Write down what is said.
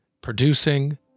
producing